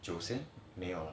九仙没有啊